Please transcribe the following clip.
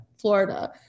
Florida